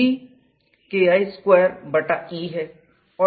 G KI square बटा E है